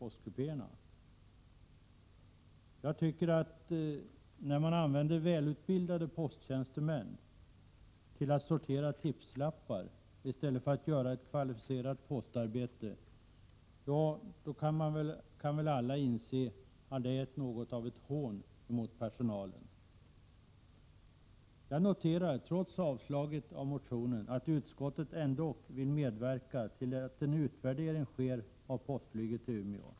Men alla inser väl att det är något av ett hån mot personalen att välutbildade posttjänstemän skall stå och sortera tipslappar i stället för att utföra ett kvalificerat postarbete. Jag noterar, trots att motionen avstyrks, att utskottet ändock vill medverka till att en utvärdering sker när det gäller postflyget till Umeå.